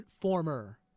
Former